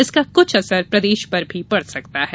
इसका कुछ असर प्रदेश पर भी पड़ सकता है